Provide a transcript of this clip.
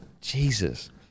Jesus